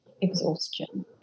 exhaustion